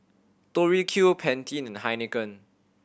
Tori Q Pantene and Heinekein